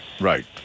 Right